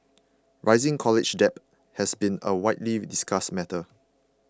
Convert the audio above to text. rising college debt has been a widely discussed matter